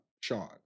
Sean